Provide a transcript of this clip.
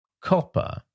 copper